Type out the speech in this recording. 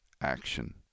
action